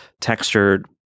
textured